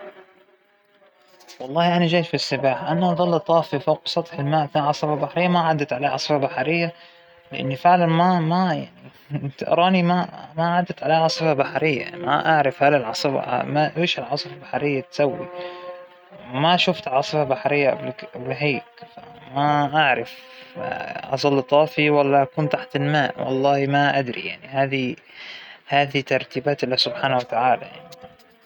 الوقت الحالى أنا فينى أتكلم لغتى الأم اللى هى اللغة العربية، و بقدر إنى أتكلم باللغة الإنجليزية، و كمان بتكلم إيطالى الحمد لله، ليش أحب أتحدث فيها سواء كان من ظروف شغلى، أو من باب إنى أتعلم وهكذا، بدى أسافر منشان هيك أتحدث بهاى اللغات.